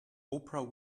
oprah